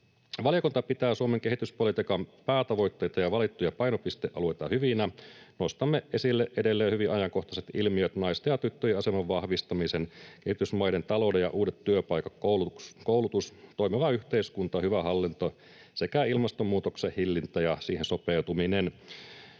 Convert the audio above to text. Valiokunta pitää Suomen kehityspolitiikan päätavoitteita ja valittuja painopistealueita hyvinä. Nostamme esille edelleen hyvin ajankohtaiset ilmiöt: naisten ja tyttöjen aseman vahvistamisen, kehitysmaiden talouden ja uudet työpaikat, koulutuksen, toimivan yhteiskunnan, hyvän hallinnon sekä ilmastonmuutoksen hillinnän ja siihen sopeutumisen.